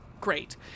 great